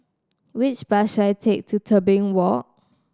which bus should I take to Tebing Walk